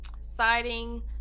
Citing